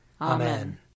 Amen